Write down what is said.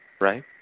right